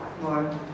more